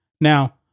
Now